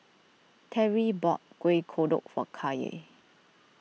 Terri bought Kueh Kodok for Kaye